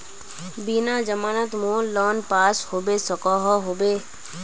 बिना जमानत मोर लोन पास होबे सकोहो होबे?